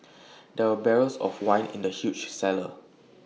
there were barrels of wine in the huge cellar